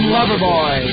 Loverboy